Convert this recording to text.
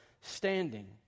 standing